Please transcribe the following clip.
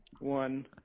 one